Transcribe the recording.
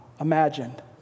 imagined